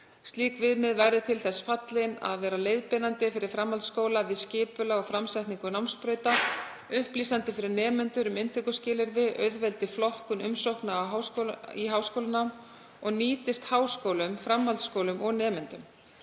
Slík viðmið verði til þess fallin að vera leiðbeinandi fyrir framhaldsskóla við skipulag og framsetningu námsbrauta, upplýsandi fyrir nemendur um inntökuskilyrði, auðveldi flokkun umsókna í háskólanám og nýtist háskólum, framhaldsskólum og nemendum.